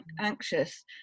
anxious